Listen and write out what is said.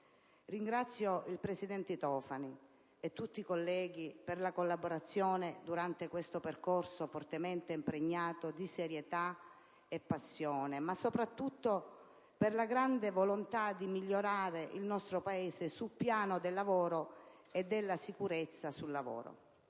Ringrazio il presidente Tofani e tutti i colleghi per la collaborazione durante questo percorso fortemente impregnato di serietà e passione, ma soprattutto per la grande volontà di migliorare il nostro Paese sul piano del lavoro e della sicurezza sul lavoro.